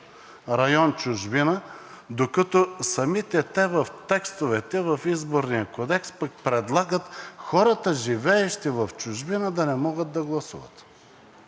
район „Чужбина“, докато самите те в текстовете в Изборния кодекс пък предлагат хората, живеещи в чужбина, да не могат да гласуват.